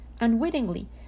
unwittingly